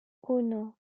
uno